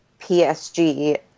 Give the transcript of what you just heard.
PSG